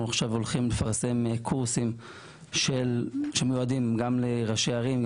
אנחנו עכשיו הולכים לפרסם קורסים שמיועדים גם לראשי ערים,